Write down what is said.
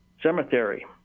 Cemetery